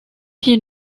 qui